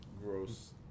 gross